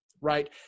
right